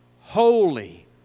Holy